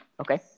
Okay